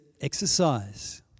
exercise